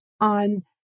on